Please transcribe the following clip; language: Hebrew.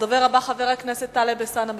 הדובר הבא, חבר הכנסת טלב אטלסאנע,